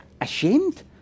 Ashamed